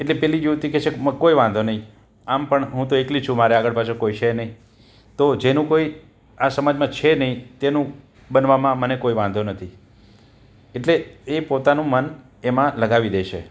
એટલે પેલી યુવતી કે છે કોઈ વાંધો નહીં આમ પણ હું તો એકલી છું મારા આગળ પાછળ કોઈ છે નહીં તો જેનું કોઈ આ સમાજમાં છે નહીં તેનું બનવામાં મને કોઈ વાંધો નથી એટલે એ પોતાનું મન એમાં લગાવી દે છે